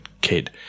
kid